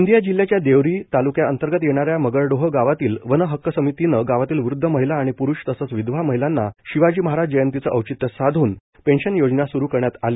गोंदिया जिल्याच्या देवरी तालुक्या अंतर्गत येणाऱ्या मगर ोह गावातील वन हक्क समितीनं गावातील वृदध महिला आणि प्रुष तसेच विधवा महिलाना शिवाजी महाराज जयंतीचं औचित साधून पेन्शन योजना स्रु करण्यात आली